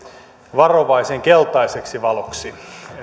varovaisen keltaiseksi valoksi